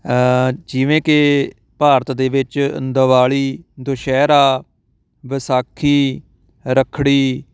ਜਿਵੇਂ ਕਿ ਭਾਰਤ ਦੇ ਵਿੱਚ ਦੀਵਾਲੀ ਦੁਸਹਿਰਾ ਵਿਸਾਖੀ ਰੱਖੜੀ